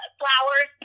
flowers